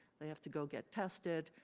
they have to go get tested,